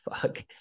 Fuck